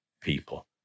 people